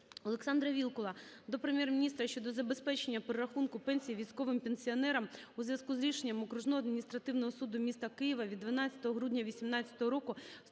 Олександра Вілкула до Прем'єр-міністра щодо забезпечення перерахунку пенсій військовим пенсіонерам у зв'язку з рішенням Окружного адміністративного суду міста Києва від 12 грудня 18-го року